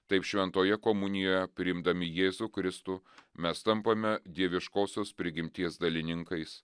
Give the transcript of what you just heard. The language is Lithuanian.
taip šventoje komunijoje priimdami jėzų kristų mes tampame dieviškosios prigimties dalininkais